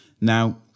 Now